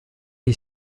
est